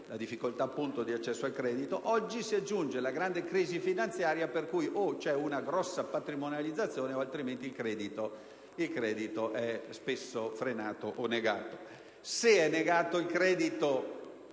imprese, di accesso al credito, oggi si aggiunge una grande crisi finanziaria, per cui o c'è una grande patrimonializzazione oppure il credito è spesso frenato o negato.